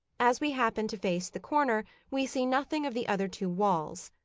as we happen to face the corner we see nothing of the other two walls.